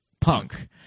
punk